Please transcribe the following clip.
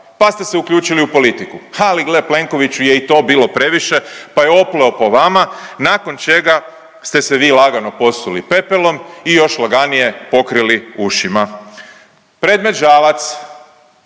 pa ste se uključili u politiku, ali gle Plenkoviću je i to bilo previše, pa je opleo po vama nakon čega ste se vi lagano posuli pepelom i još laganije pokrili ušima. Predmet Žalac,